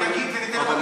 פעם אחת מתי אמרת שטעית?